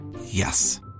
Yes